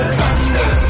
thunder